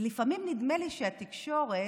ולפעמים נדמה לי שהתקשורת